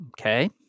Okay